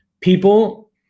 people